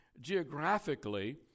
geographically